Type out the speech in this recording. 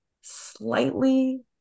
slightly